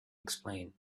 explain